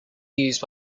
used